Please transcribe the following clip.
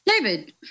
David